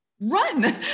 run